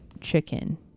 chicken